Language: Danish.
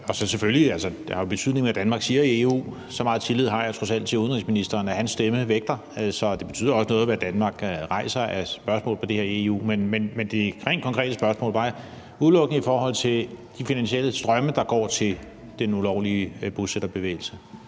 det jo selvfølgelig betydning, hvad Danmark siger i EU. Så meget tillid har jeg trods alt til udenrigsministeren, at hans stemme vægter; så det betyder også noget, hvad Danmark rejser af spørgsmål på det her i EU. Men det rent konkrete spørgsmål var udelukkende i forhold til de finansielle strømme, der går til den ulovlige bosætterbevægelse.